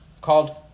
called